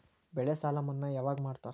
ಬೆಳೆ ಸಾಲ ಮನ್ನಾ ಯಾವಾಗ್ ಮಾಡ್ತಾರಾ?